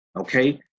okay